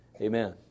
Amen